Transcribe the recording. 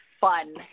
fun